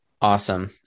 Awesome